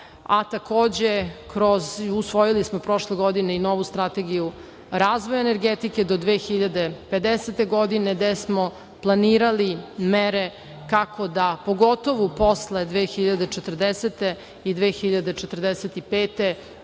usvojili smo prošle godine i novu Strategiju razvoja energetike do 2050. godine, gde smo planirali mere kako da, pogotovo posle 2040. i 2045.